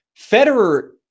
Federer